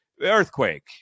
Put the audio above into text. earthquake